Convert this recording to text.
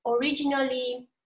originally